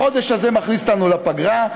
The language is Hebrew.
החודש הזה מכניס אותנו לפגרה,